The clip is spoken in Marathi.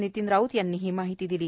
नितीन राऊत यांनी ही माहिती दिली